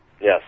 Yes